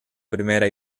primera